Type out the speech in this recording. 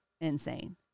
insane